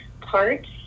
parts